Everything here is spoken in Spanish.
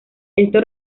esto